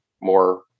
more